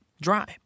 dry